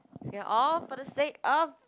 we are all for the sake of